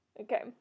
Okay